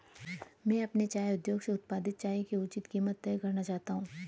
मैं अपने चाय उद्योग से उत्पादित चाय की उचित कीमत तय करना चाहता हूं